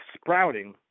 sprouting